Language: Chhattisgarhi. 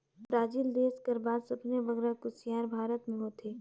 ब्राजील देस कर बाद सबले बगरा कुसियार भारत में होथे